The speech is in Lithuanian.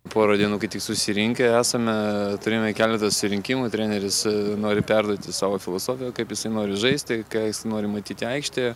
pora dienų kai tik susirinkę esame turėjome keletą susirinkimų treneris nori perduoti savo filosofiją kaip jisai nori žaisti ką jis nori matyti aikštėje